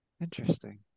Interesting